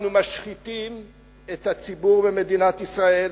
אנחנו משחיתים את הציבור במדינת ישראל,